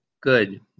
Good